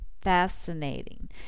fascinating